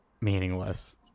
meaningless